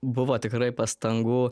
buvo tikrai pastangų